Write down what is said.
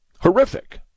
Horrific